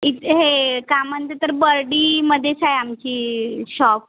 एक हे का म्हणते तर बर्डीमध्येच आहे आमची शॉप